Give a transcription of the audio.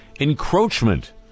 encroachment